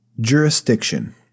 Jurisdiction